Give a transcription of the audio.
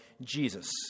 Jesus